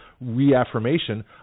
reaffirmation